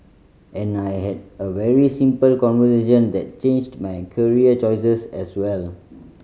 and I had a very simple conversation that changed my career choices as well